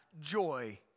joy